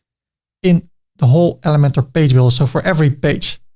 in the whole elementor page builder so for every page.